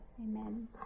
Amen